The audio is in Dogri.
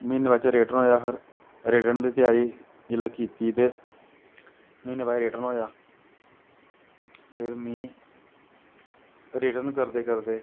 म्हीनें बाद रिटन होया फिर रिटन दी तैयारी जिसलै कीते ते महीनैं बाद रिटन होया ते में रिटन करदे करदे